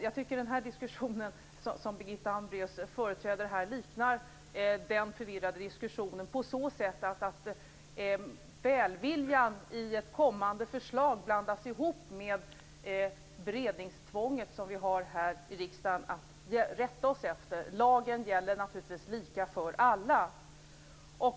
Jag tycker att den diskussion som Birgitta Hambraeus för liknar den förvirrade diskussionen på så sätt att välviljan i ett kommande förslag blandas ihop med det beredningstvång som vi har att rätta oss efter här i riksdagen. Lagen gäller naturligtvis lika för alla.